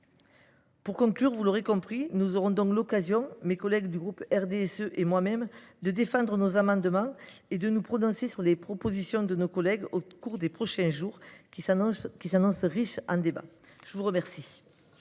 de nombreuses questions. Nous aurons l’occasion, mes collègues du groupe du RDSE et moi même, de défendre nos amendements et de nous prononcer sur les propositions de nos collègues au cours des prochains jours, qui s’annoncent riches en débats. La parole